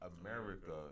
America